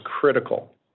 critical